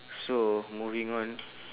so moving on